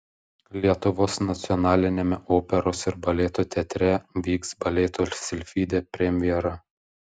lietuvos nacionaliniame operos ir baleto teatre vyks baleto silfidė premjera